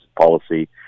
policy